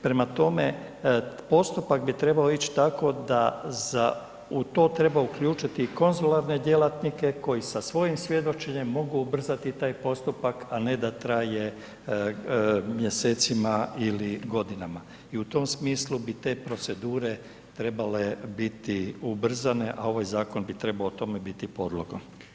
Prema tome, postupak bi trebao ić tako da za u to treba uključiti i konzularne djelatnike koji sa svojim svjedočenjem mogu ubrzati taj postupak, a ne da traje mjesecima ili godinama i u tom smislu bi te procedure trebale biti ubrzane, a ovaj zakon bi trebao tome biti podlogom.